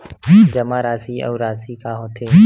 जमा राशि अउ राशि का होथे?